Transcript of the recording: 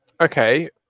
Okay